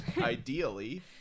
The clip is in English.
Ideally